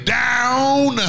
down